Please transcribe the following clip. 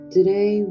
Today